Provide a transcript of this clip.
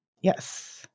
Yes